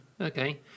okay